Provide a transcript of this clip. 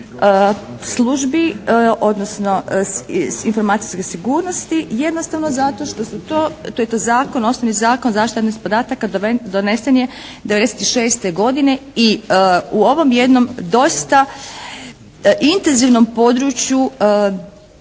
službi, odnosno informacijske sigurnosti jednostavno zato što su to, što je to zakon, osnovni Zakon o zaštiti tajnosti podataka donesen je '96. godine i u ovom jednom dosta intenzivnom području